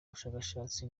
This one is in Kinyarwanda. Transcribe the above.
bushakashatsi